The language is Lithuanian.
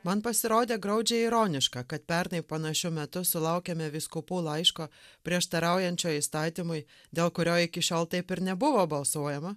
man pasirodė graudžiai ironiška kad pernai panašiu metu sulaukėme vyskupo laiško prieštaraujančio įstatymui dėl kurio iki šiol taip ir nebuvo balsuojama